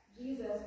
Jesus